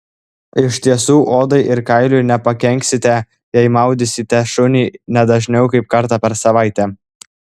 iš tiesų odai ir kailiui nepakenksite jei maudysite šunį ne dažniau kaip kartą per savaitę